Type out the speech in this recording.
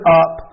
up